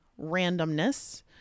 randomness